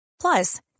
Plus